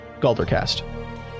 Galdercast